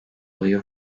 oyu